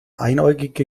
einäugige